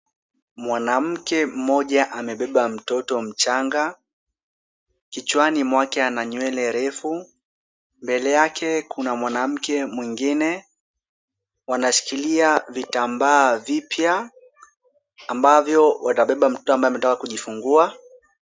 Mwanamke mmoja amebeba mtoto mchanga, kichwani mwake ana nywele refu, mbele yake kuna mwanamke mwingine. Wanashikilia vitambaa vipya ambavyo wamebeba mtoto ama ametoka kujifungua.